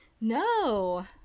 No